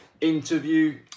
interview